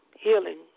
healing